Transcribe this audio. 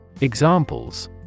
Examples